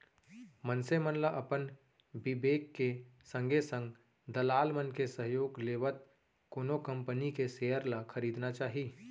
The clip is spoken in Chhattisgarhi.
मनसे मन ल अपन बिबेक के संगे संग दलाल मन के सहयोग लेवत कोनो कंपनी के सेयर ल खरीदना चाही